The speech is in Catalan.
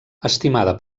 estimada